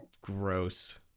gross